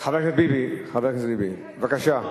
חבר הכנסת ביבי, בבקשה.